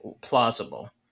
plausible